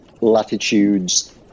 latitudes